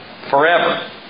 Forever